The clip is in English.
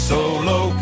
Solo